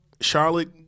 Charlotte